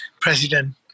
president